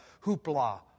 hoopla